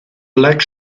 black